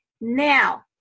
now